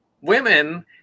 women